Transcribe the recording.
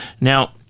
Now